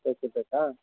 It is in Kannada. ಪಾಕಿಟ್ ಬೇಕಾ